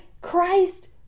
Christ